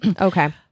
okay